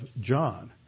John